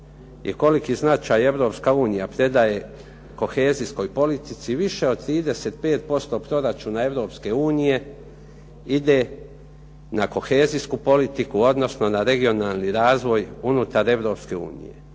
Europska unija predaje kohezijskoj politici više od 35% proračuna Europske unije ide na kohezijsku politiku, odnosno na regionalni razvoj unutar